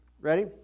ready